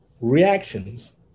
reactions